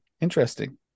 interesting